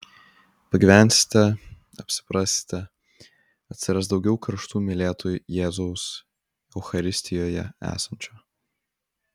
pagyvensite apsiprasite atsiras daugiau karštų mylėtojų jėzaus eucharistijoje esančio